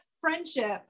friendship